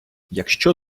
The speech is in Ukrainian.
якщо